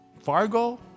Fargo